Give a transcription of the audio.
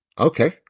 Okay